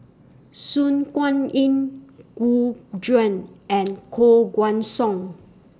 Su Guaning Gu Juan and Koh Guan Song